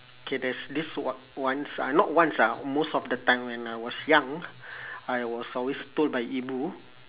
okay there's this on~ once ah not once ah most of the time when I was young I was always told by ibu